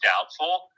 doubtful